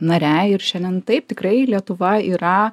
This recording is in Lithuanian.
nare ir šiandien taip tikrai lietuva yra